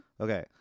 Okay